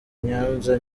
nyanza